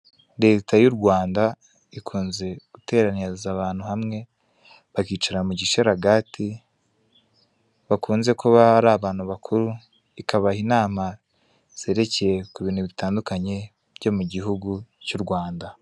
Leta y'u Rwanda ikunze guteranyiriza abantu hamwe, bakicara mu gisharagati bakunze kuba ari abantu bakuru, ikabaha inama zerekeye ku bintu bitandukanye byo mu gihugu cy'u Rwanda.